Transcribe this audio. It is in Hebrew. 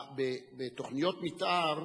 בתוכניות מיתאר